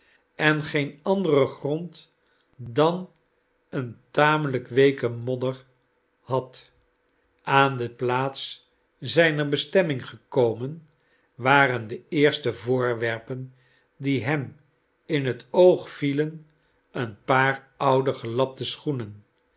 en geen anderen grond dan een tamelijk weeken modder had aan de plaats zijner bestemming gekomen waren de eerste voorwerpen die hem in het oog vielen een paar oude gelapte schoenen